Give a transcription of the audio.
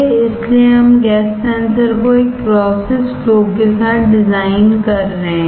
इसलिए हम गैस सेंसरको एक प्रोसेस फ्लो के साथ डिजाइन कर रहे हैं